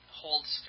holds